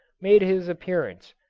made his appearance,